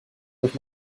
with